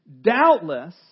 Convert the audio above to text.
Doubtless